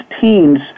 teens